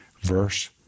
verse